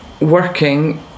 working